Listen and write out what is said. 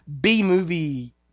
B-movie